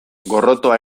gorrotoa